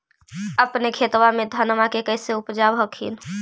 अपने खेतबा मे धन्मा के कैसे उपजाब हखिन?